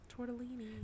Tortellini